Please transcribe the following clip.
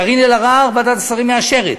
קארין אלהרר, ועדת השרים מאשרת,